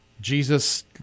Jesus